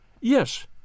Yes